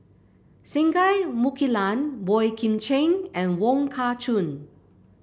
Singai Mukilan Boey Kim Cheng and Wong Kah Chun